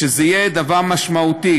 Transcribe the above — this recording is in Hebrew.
שזה יהיה דבר משמעותי.